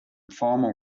formal